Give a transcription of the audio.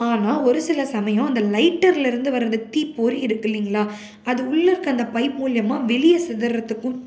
ஆனால் ஒரு சில சமயம் அந்த லைட்டர்லேருந்து வர்ற அந்த தீப்பொறி இருக்குது இல்லைங்களா அது உள்ளே இருக்க அந்த பைப் மூலிமா வெளியே சிதறுறத்துக்கும்